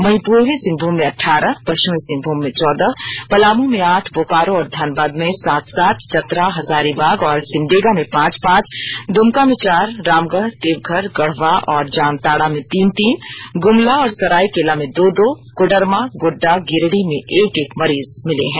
वहीं पूर्वी सिंहभूम में अठारह पीिचमी सिंहभूम में चौदह पलामू में आठ बोकारो और धनबाद में सात सात चतरा हजारीबाग और सिमडेगा में पांच पांच दुमका में चार रामगढ़ देवघर गढ़वा और जामताड़ा में तीन तीन गुमला और सरायकेला में दो दो कोडरमा गोड़डा गिरिडीह में एक एक मरीज मिले हैं